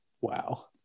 Wow